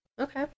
Okay